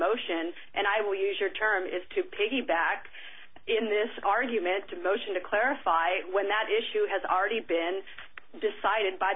motion and i will use your term is to piggyback in this argument to motion to clarify when that issue has already been decided by